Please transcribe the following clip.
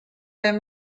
been